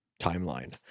timeline